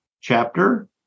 chapter